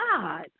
God